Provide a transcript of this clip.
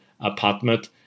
apartment